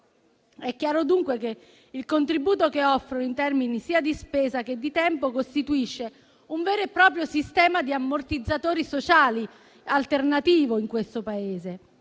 È chiaro, dunque, che il contributo che gli anziani offrono in termini sia di spesa che di tempo costituisce un vero e proprio sistema di ammortizzatori sociali, alternativo in questo Paese.